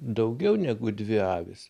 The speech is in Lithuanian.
daugiau negu dvi avys